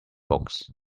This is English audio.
books